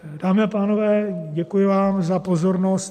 Dámy a pánové, děkuji vám za pozornost.